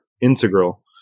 integral